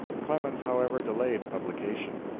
clemens, however, delayed publication.